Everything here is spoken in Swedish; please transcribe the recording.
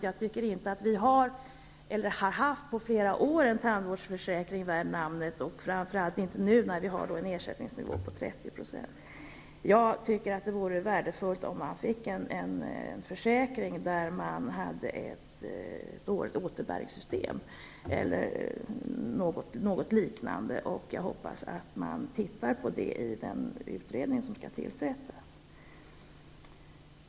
Jag tycker inte att vi på flera år har haft en tandvårdsförsäkring värd namnet, framför allt inte nu när ersättningsnivån är 30 %. Jag tycker att det vore värdefullt att få en försäkring med ett årligt återbäringssystem eller något liknande. Jag hoppas att man tittar på det i den utredning som skall tillsättas.